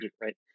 right